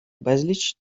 безліч